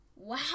Wow